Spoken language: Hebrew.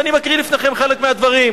ואני מקריא בפניכם חלק מהדברים: